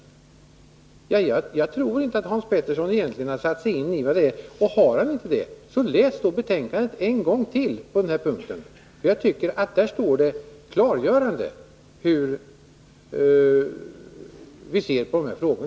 Jag tror inte att Hans Pettersson ordentligt har satt sig in i detta. Han bör läsa betänkandet en gång till på den här punkten. Där står det klargörande hur vi ser på dessa frågor.